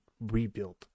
rebuild